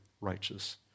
righteous